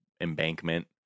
embankment